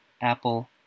Apple